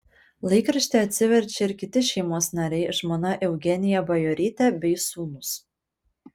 laikraštį atsiverčia ir kiti šeimos nariai žmona eugenija bajorytė bei sūnūs